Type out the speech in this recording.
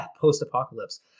post-apocalypse